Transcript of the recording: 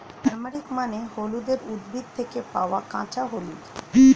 turmeric মানে হলুদের উদ্ভিদ থেকে পাওয়া কাঁচা হলুদ